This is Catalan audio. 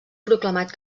proclamat